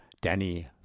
Danny